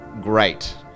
great